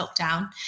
lockdown